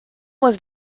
was